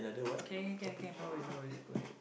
can can can can no worries no worries go ahead